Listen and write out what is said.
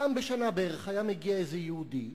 פעם בשנה בערך היה מגיע איזה יהודי,